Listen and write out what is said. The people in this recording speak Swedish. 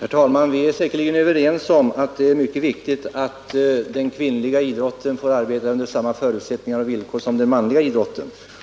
Herr talman! Vi är säkerligen överens om att det är mycket viktigt att den kvinnliga idrotten får arbeta under samma förutsättningar och villkor som den manliga.